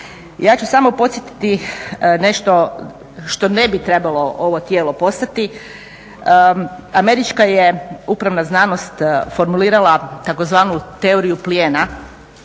Ja ću samo podsjetiti nešto što ne bi trebalo ovo tijelo postati. Američka je upravna znanost formulirala tzv. teoriju plijena